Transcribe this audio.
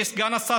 סגן השר,